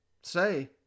say